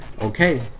okay